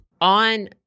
on